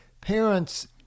Parents